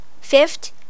Fifth